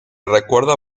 recuerda